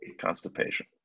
constipation